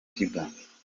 kiba